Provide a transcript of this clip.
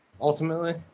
ultimately